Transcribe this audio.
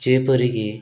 ଯେପରି କି